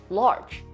large 、